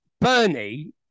Bernie